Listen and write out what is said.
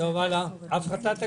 הצבעה הרוויזיה לא אושרה.